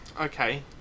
Okay